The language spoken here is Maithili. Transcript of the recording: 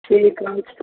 ठीक हम छी